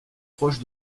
proche